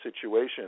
situation